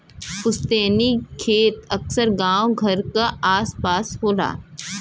पुस्तैनी खेत अक्सर गांव घर क आस पास होला